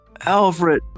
Alfred